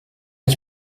ich